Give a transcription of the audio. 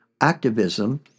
activism